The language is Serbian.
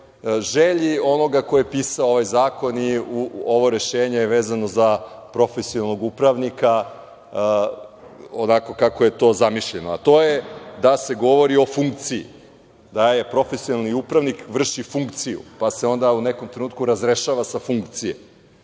želji onoga ko je pisao ovaj zakon i ovo rešenje je vezano za profesionalnog upravnika, onako kako je to zamišljeno, a to je da se govori o funkciji, da profesionalni upravnik vrši funkciju, pa se onda u nekom trenutku razrešava sa funkcije. Mislim